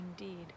indeed